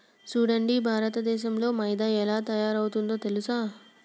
సూడండి భారతదేసంలో మైదా ఎలా తయారవుతుందో తెలుసా